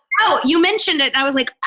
oh, you mentioned it. i was like